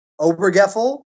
Obergefell